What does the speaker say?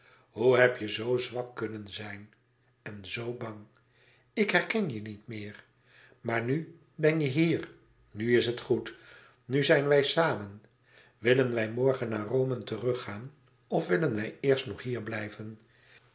hoe heb je zoo zwak kunnen zijn en zoo bang ik herken je niet meer maar nu ben je hier nu is het goed nu zijn wij samen willen wij morgen naar rome teruggaan of willen wij eerst nog hier blijven